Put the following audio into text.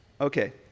Okay